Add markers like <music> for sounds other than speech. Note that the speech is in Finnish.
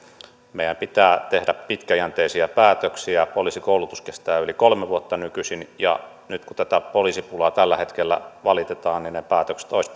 meidän pitää tehdä pitkäjänteisiä päätöksiä poliisikoulutus kestää yli kolme vuotta nykyisin ja nyt kun tätä poliisipulaa tällä hetkellä valitetaan niin ne päätökset olisi <unintelligible>